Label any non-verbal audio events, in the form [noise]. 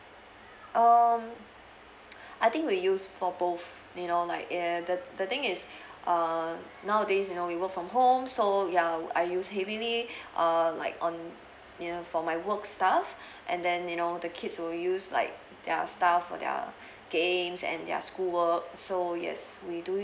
um I think we use for both you know like err the the thing is err nowadays you know we work from home so ya I use heavily [breath] err like on you know for my work stuff and then you know the kids will use like their stuff for their games and their school work so yes we do